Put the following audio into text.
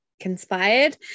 conspired